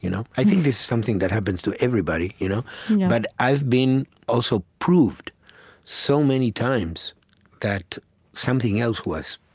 you know i think this is something that happens to everybody. you know but i've been also proved so many times that something else was,